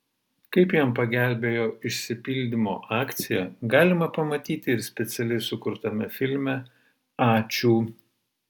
kaip jam pagelbėjo išsipildymo akcija galima pamatyti ir specialiai sukurtame filme ačiū